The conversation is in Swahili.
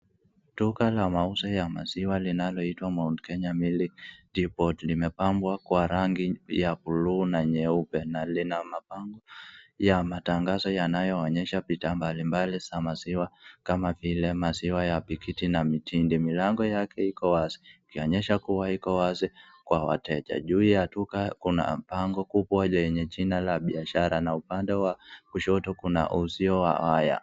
Duka la mauzo ya maziwa linaloitwa Mount Kenya Milk Depot, limepambwa kwa rangi ya blue na nyeupe na lina mapango ya matangazo yanayoonyesha bidhaa mbalimbali za maziwa kama vile maziwa ya pakiti na mitindi. Milango yake iko wazi ikionyesha kuwa iko wazi kwa wateja. Juu ya duka kuna bango kubwa lenye jina la biashara na upande wa kushoto kuna uzio wa waya.